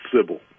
Sybil